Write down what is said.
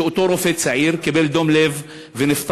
שאותו רופא צעיר קיבל דום לב ונפטר,